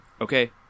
okay